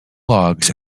logs